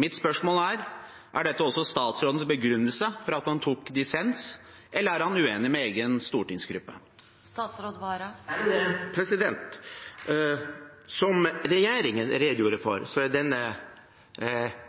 Mitt spørsmål er: Er dette også statsrådens begrunnelse for at han tok dissens, eller er han uenig med egen stortingsgruppe? Som regjeringen redegjorde for, er denne